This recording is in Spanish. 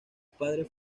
padres